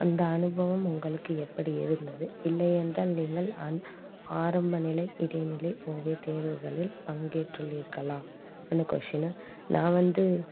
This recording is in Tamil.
அந்த அனுபவம் உங்களுக்கு எப்படி இருந்தது இல்லையென்றால் நீங்கள் அந் ஆரம்பநிலை இடைநிலை ஓவியத்தை தேர்வுகளில் பங்கேற்றுள்ளீர்களான்னு கொஸிடினு நான் வந்து